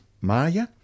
Maya